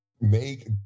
Make